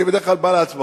אני בדרך כלל בא להצבעות.